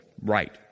right